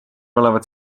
olevat